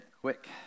Quick